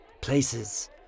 Places